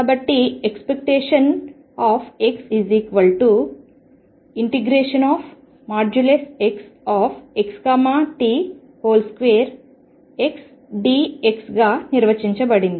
కాబట్టి expectation ⟨x⟩ ∫xt2 x dx గా నిర్వచించబడినది